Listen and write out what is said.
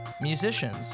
Musicians